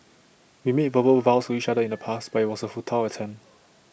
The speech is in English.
we made verbal vows to each other in the past but IT was A futile attempt